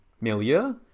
milieu